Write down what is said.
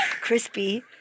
Crispy